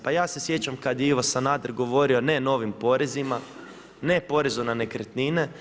Pa ja se sjećam kada je Ivo Sanader govorio ne novim porezima, ne porezu na nekretnine.